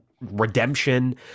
redemption